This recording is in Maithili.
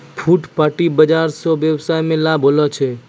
फुटपाटी बाजार स वेवसाय मे लाभ होलो छै